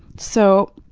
so,